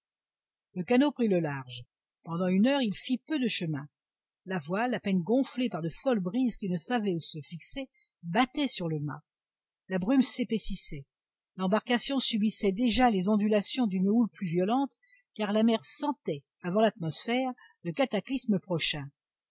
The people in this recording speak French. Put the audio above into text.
le canot prit le large pendant une heure il fit peu de chemin la voile à peine gonflée par de folles brises qui ne savaient où se fixer battait sur le mât la brume s'épaississait l'embarcation subissait déjà les ondulations d'une houle plus violente car la mer sentait avant l'atmosphère le cataclysme prochain